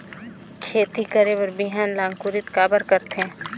खेती करे बर बिहान ला अंकुरित काबर करथे?